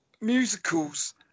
musicals